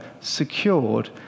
secured